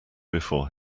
before